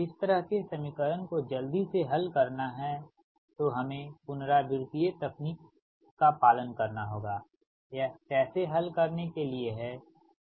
इसलिए अगर इस तरह के समीकरण को जल्दी से हल करना है तो हमें पुनरावृतीय तकनीक का पालन करना होगा यह कैसे हल करने के लिए है